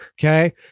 okay